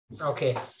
Okay